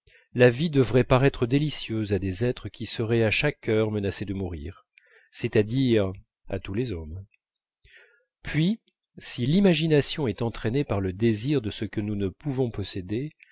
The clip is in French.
la vie devrait paraître délicieuse à ces êtres qui seraient à chaque heure menacés de mourir c'est-à-dire à tous les hommes puis si l'imagination est entraînée par le désir de ce que nous ne pouvons posséder